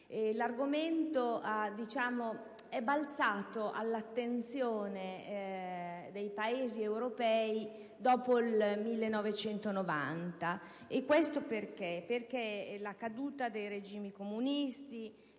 L'argomento è balzato all'attenzione dei Paesi europei dopo il 1990, quando la caduta dei regimi comunisti